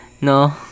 No